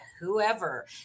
whoever